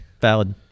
valid